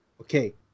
Okay